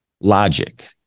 logic